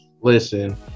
Listen